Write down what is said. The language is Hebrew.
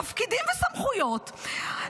תפקידים וסמכויות,